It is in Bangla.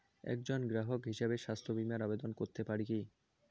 একজন গ্রাহক হিসাবে স্বাস্থ্য বিমার আবেদন করতে পারি কি?